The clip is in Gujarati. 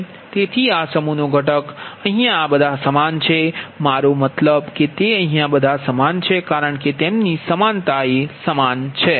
તેથી આ સમૂહનો ઘટક બધા સમાન છે મારો મતલબ કે તે બધા સમાન છે કારણ કે તેમની સમાનતા સમાન છે